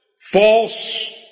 false